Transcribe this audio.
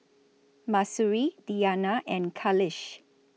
Mahsuri Diyana and Khalish